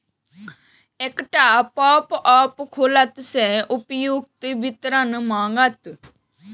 एकटा पॉपअप खुलत जे उपर्युक्त विवरण मांगत